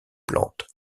plantes